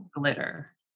glitter